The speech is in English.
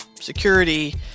security